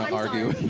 argue.